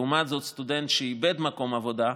לעומת זאת, סטודנט שאיבד מקום עבודה,